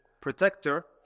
protector